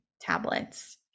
tablets